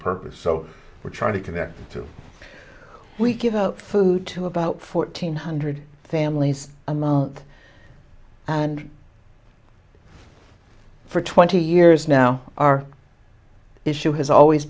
purpose so we're trying to connect to we give out food to about fourteen hundred families amount and for twenty years now our issue has always